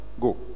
go